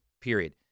period